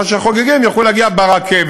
על מנת שהחוגגים יוכלו להגיע ברכבת,